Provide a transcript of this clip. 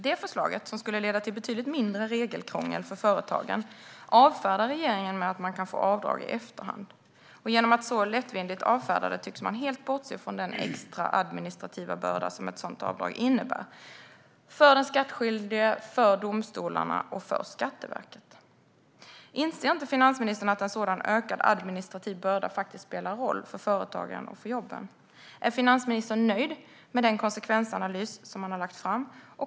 Det förslaget, som skulle leda till betydligt mindre regelkrångel för företagen, avfärdar regeringen med att man kan få avdrag i efterhand. Genom att så lättvindigt avfärda det tycks den helt bortse från den extra administrativa börda som ett sådant avdrag innebär för den skattskyldige, för domstolarna och för Skatteverket. Inser inte finansministern att en sådan ökad administrativ börda spelar roll för företagen och för jobben? Är finansministern nöjd med den konsekvensanalys som hon har lagt fram?